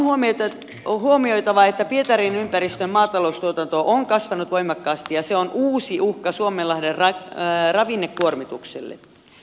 on huomioitava että pietarin ympäristön maataloustuotanto on kasvanut voimakkaasti ja se on uusi uhka suomenlahden ravinnekuormitukselle